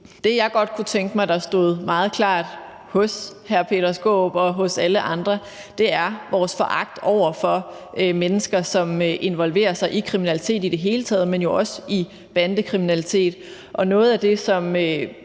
det, jeg godt kunne tænke mig der stod meget klart hos hr. Peter Skaarup og alle andre, er vores foragt over for mennesker, som i det hele taget involverer sig i kriminalitet, men også i bandekriminalitet. Noget af det, man